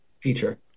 feature